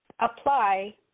apply